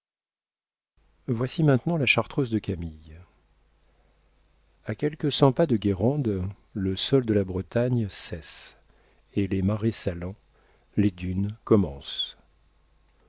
voici maintenant la chartreuse de camille a quelques cents pas de guérande le sol de la bretagne cesse et les marais salants les dunes commencent